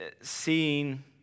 seeing